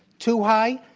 too high.